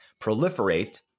proliferate